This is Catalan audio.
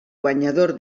guanyador